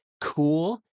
cool